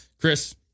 Chris